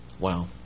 wow